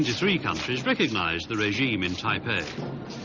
three countries recognise the regime in taipeh.